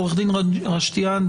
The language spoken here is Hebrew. עו"ד רשתיאן.